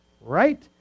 Right